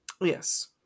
Yes